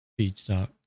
feedstock